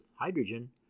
hydrogen